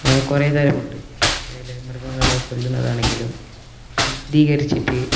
അങ്ങനെ കുറേതരമുണ്ട് അതേപോലെ മൃഗങ്ങളെ കൊല്ലുന്നതാണെങ്കിലും ശുദ്ധീകരിച്ചിട്ട്